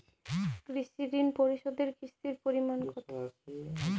কৃষি ঋণ পরিশোধের কিস্তির পরিমাণ কতো?